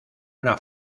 una